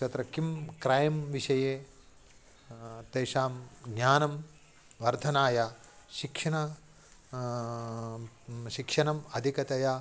तत्र किं क्रैं विषये तेषां ज्ञानं वर्धनाय शिक्षणं शिक्षणम् अधिकतया